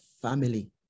family